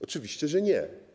Oczywiście, że nie.